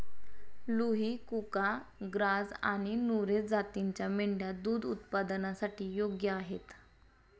लुही, कुका, ग्राझ आणि नुरेझ जातींच्या मेंढ्या दूध उत्पादनासाठी योग्य आहेत